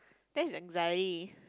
that's anxiety